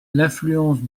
l’influence